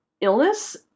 illness